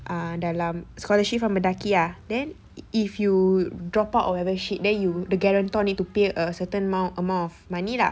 dalam scholarship from mendaki ah then if you drop out or whatever shit then you the guarantor need to pay a certain amount amount of money lah